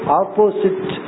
opposite